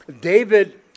David